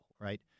right